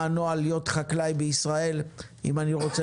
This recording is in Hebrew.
מה הנוהל להיות חקלאי בישראל אם אני רוצה